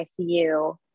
ICU